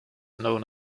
known